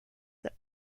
that